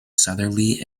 southerly